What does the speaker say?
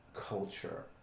culture